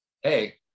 hey